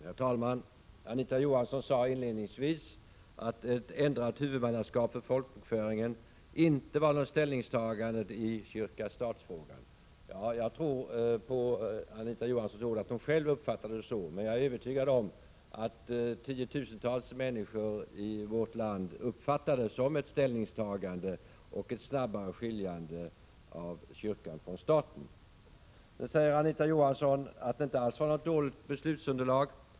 Herr talman! Anita Johansson sade inledningsvis att ett ändrat huvudmannaskap för folkbokföringen inte var något ställningstagande i kyrka—stat-frågan. Jag tror Anita Johansson på hennes ord, att hon själv uppfattar det så. Men jag är övertygad om att tiotusentals människor i vårt land uppfattar det som ett ställningstagande och ett snabbare skiljande av kyrkan från staten. Anita Johansson säger att vi inte alls har något dåligt beslutsunderlag.